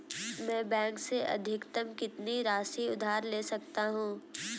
मैं बैंक से अधिकतम कितनी राशि उधार ले सकता हूँ?